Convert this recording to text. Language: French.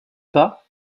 pas